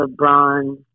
LeBron